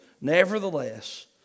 nevertheless